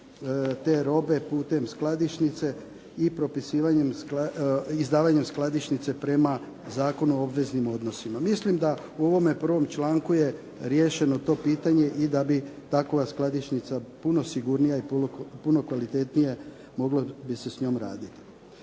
te robe putem skladišnice i izdavanjem skladišnice prema Zakonu o obveznim odnosima. Mislim da u ovome prvome članku je riješeno to pitanje i da bi takva skladišnica puno sigurnija i puno kvalitetnije moglo bi se s njome raditi.